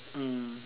mm